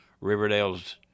Riverdale's